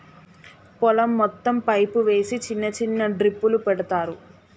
పొలం మొత్తం పైపు వేసి చిన్న చిన్న డ్రిప్పులు పెడతార్